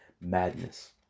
madness